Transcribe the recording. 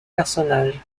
personnage